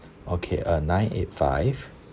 okay uh nine eight five